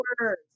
words